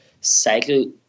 cycle